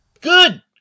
Good